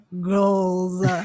goals